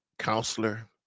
counselor